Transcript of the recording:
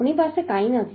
આપણે પાસે કંઈ નથી